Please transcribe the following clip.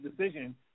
decision